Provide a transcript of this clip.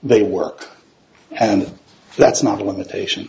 they work and that's not a limitation